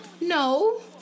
No